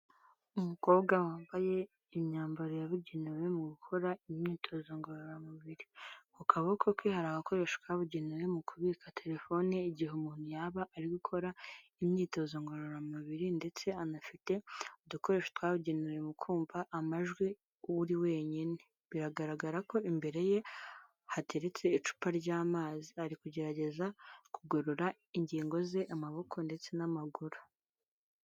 Umukobwa wambaye imyambaro yabugenewe mu gukora imyitozo ngororamubiri, ku kaboko ke hari agakoresho kabugenewe mu kubika terefone igihe umuntu yaba ari gukora imyitozo ngororamubiri ndetse anafite udukoresho twabugenewe mu kumva amajwi uri wenyine, biragaragara ko imbere ye hateretse icupa ry'amazi, ari kugerageza kugorora ingingo ze, amaboko ndetse n'amaguru.